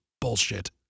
Bullshit